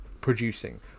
producing